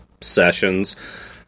sessions